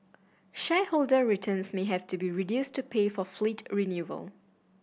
shareholder returns may have to be reduced to pay for fleet renewal